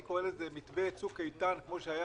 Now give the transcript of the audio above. אני קורה לזה מתווה צוק איתן כמו שהיה